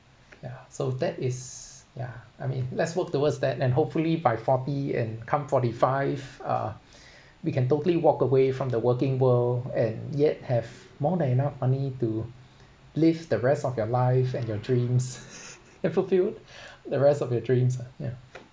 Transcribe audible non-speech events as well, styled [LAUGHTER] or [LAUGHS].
yeah so that is yeah I mean let's work towards that and hopefully by forty and come forty five uh we can totally walk away from the working world and yet have more than enough money to live the rest of your life and your dreams [LAUGHS] and fulfill the rest of your dreams ah ya